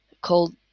called